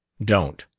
don't.